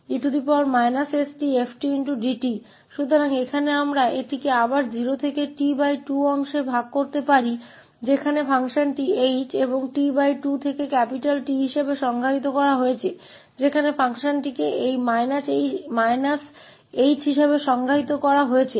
तो यहां हम इसे फिर से दो भागों 0 से 𝑇2 में तोड़ सकते हैं जहां फ़ंक्शन को ℎ और 𝑇2 के रूप में परिभाषित किया गया है T के लिए जहां फ़ंक्शन को इस −ℎ के रूप में परिभाषित किया गया है